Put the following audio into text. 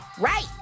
right